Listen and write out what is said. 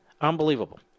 unbelievable